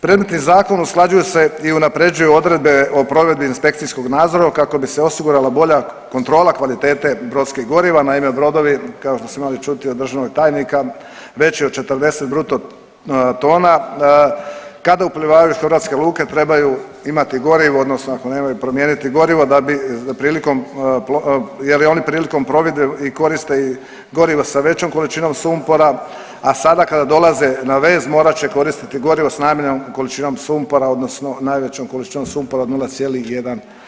Predmetnim zakonom usklađuju se i unaprjeđuju odredbe o provedbi inspekcijskog nadzora kako bi se osigurala bolja kontrola kvalitete brodskih goriva, naime brodovi kao što smo imali čuti od državnog tajnika veći od 40 bruto tona kada uplivavaju u hrvatske luke trebaju imati gorivo odnosno ako nemaju promijeniti gorivo da bi prilikom, je li oni prilikom plovidbe i koriste i gorivo sa većom količinom sumpora, a sada kada dolaze na vez morat će koristiti gorivo s najmanjom količinom sumpora odnosno najvećom količinom sumpora od 0,1%